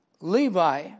Levi